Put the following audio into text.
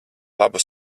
labu